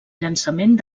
llançament